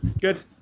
Good